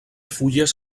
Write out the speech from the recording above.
fulles